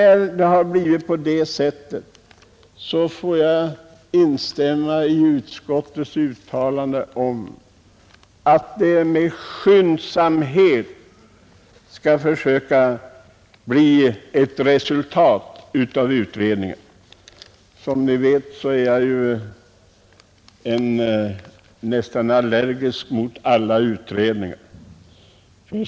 Som läget är får jag instämma med utskottet i att utredningen med skyndsamhet skall försöka nå ett resultat. Som ni vet är jag nästan allergisk mot alla utredningar.